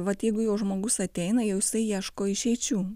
vat jeigu jau žmogus ateina jau jisai ieško išeičių